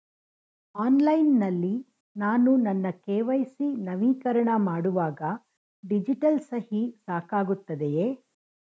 Online ನಲ್ಲಿ ನಾನು ನನ್ನ ಕೆ.ವೈ.ಸಿ ನವೀಕರಣ ಮಾಡುವಾಗ ಡಿಜಿಟಲ್ ಸಹಿ ಸಾಕಾಗುತ್ತದೆಯೇ?